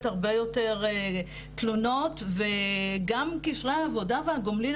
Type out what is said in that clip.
הרבה יותר תלונות וגם קשרי העבודה והגומלין,